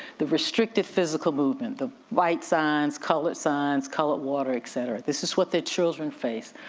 the restricted physical movement. the white signs, colored signs, colored water, et cetera. this is what their children face.